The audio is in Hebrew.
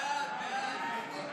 להעביר את הצעת חוק האזרחות והכניסה